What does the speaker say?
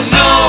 no